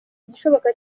igishoboka